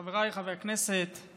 חבריי חברי הכנסת,